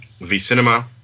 vcinema